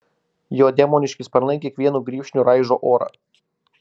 jo demoniški sparnai kiekvienu grybšniu raižo orą